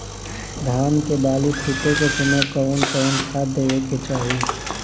धान के बाली फुटे के समय कउन कउन खाद देवे के चाही?